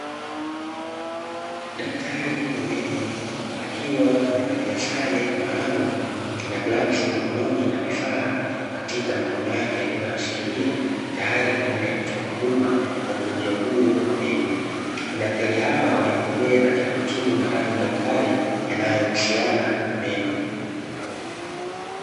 Daktari wa meno akiwa amevalia sare maalumu na glavu mkononi na vifaa katika mikono yake akiwa anashikilia tayari kwa ajili ya kutoa huduma kwa mgonjwa huyo wa meno. Madaktari hawa waliobobea katika kutibu maradhi mbalimbali yanayohusiana na meno .